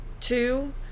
two